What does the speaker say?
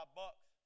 bucks